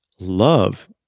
Love